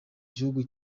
gihugu